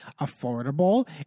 affordable